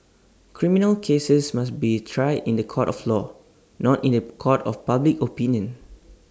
criminal cases must be tried in The Court of law not in The Court of public opinion